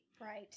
Right